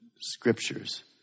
scriptures